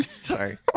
Sorry